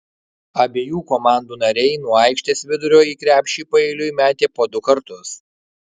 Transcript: abiejų komandų nariai nuo aikštės vidurio į krepšį paeiliui metė po du kartus